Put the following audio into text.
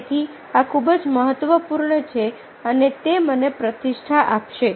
તેથી આ ખૂબ જ મહત્વપૂર્ણ છે અને તે મને પ્રતીષ્ઠા આપશે